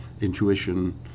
intuition